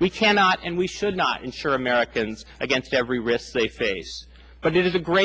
we cannot and we should not insure americans against every risk they face but it is a gr